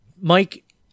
mike